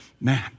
man